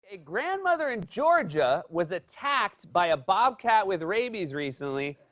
a grandmother in georgia was attacked by a bobcat with rabies recently,